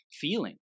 feeling